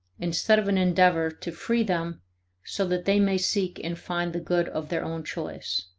instead of an endeavor to free them so that they may seek and find the good of their own choice.